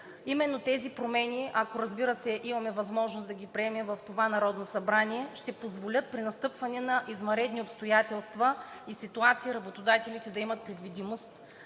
Именно тези промени, ако, разбира се, имаме възможност да ги приемем в това Народно събрание, ще позволят при настъпване на извънредни обстоятелства и ситуации работодателите да имат предвидимост